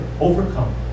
overcome